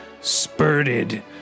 spurted